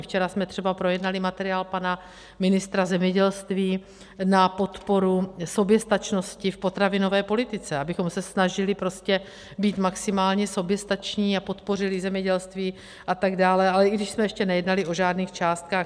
Včera jsme třeba projednali materiál pana ministra zemědělství na podporu soběstačnosti v potravinové politice, abychom se snažili prostě být maximálně soběstační a podpořili zemědělství atd., i když jsme ještě nejednali o žádných částkách.